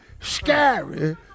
scary